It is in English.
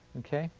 okay.